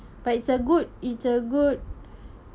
but is a good is a good